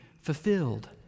fulfilled